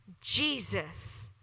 Jesus